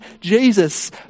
Jesus